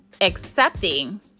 accepting